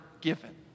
given